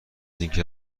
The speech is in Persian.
اینکه